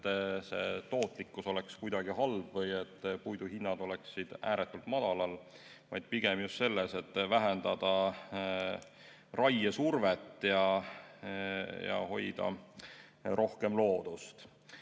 et tootlikkus oleks kuidagi halb või et puiduhinnad oleksid ääretult madalad, vaid pigem just selles, et [tuleks] vähendada raiesurvet ja hoida rohkem loodust. Mis